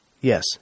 Yes